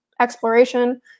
exploration